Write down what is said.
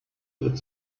wird